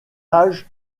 âge